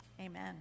Amen